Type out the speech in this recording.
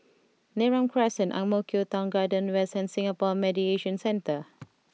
Neram Crescent Ang Mo Kio Town Garden West and Singapore Mediation Centre